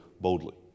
boldly